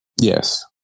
Yes